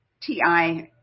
TI